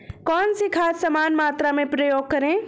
कौन सी खाद समान मात्रा में प्रयोग करें?